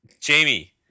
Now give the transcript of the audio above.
Jamie